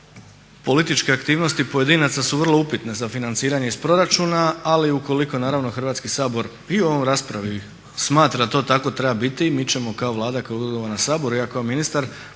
političke aktivnosti pojedinaca su vrlo upitne za financiranje iz proračuna, ali ukoliko naravno Hrvatski sabor i u ovoj raspravi smatra da to tako treba biti mi ćemo kao Vlada, kao …/Govornik se ne razumije./…